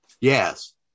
Yes